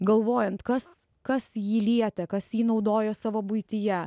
galvojant kas kas jį lietė kas jį naudojo savo buityje